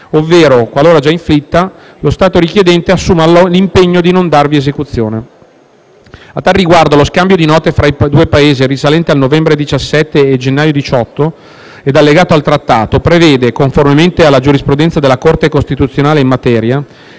ovvero, qualora già inflitta, lo Stato richiedente assuma l'impegno di non darvi esecuzione. A tal riguardo lo scambio di note fra i due Paesi risalente al novembre 2017 e al gennaio 2018 ed allegato al Trattato, prevede, conformemente alla giurisprudenza della Corte costituzionale in materia,